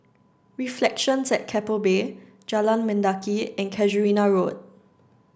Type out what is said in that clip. reflections at Keppel Bay Jalan Mendaki and Casuarina Road